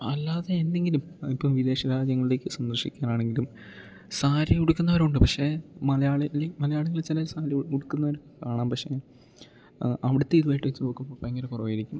അല്ലാതെ എന്തെങ്കിലും ഇപ്പം വിദേശ രാജ്യങ്ങളിലേക്ക് സന്ദർശിക്കാനാണെങ്കിലും സാരി ഉടുക്കുന്നവരുണ്ട് പക്ഷേ മലയാളികൾ മലയാളികള് ചിലര് സാരി ഉടുക്കുന്നത് കാണാം പക്ഷേ ആ ആ ഉടുത്ത ഇതുവായിട്ട് വെച്ച് നോക്കുമ്പോൾ ഭയങ്കര കുറവായിരിക്കും